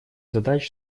задач